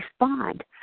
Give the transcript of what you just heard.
respond